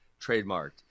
trademarked